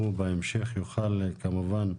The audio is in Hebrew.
הוא בהמשך יוכל כמובן,